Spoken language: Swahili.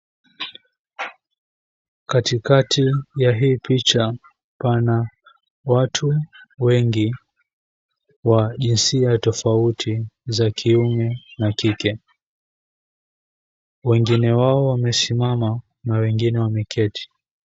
Katikati ya hii picha pana watu wengi wa jinsia tofauti za kiume na kike, wengine wao wamesimama na wengine wameketi.